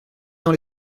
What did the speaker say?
dans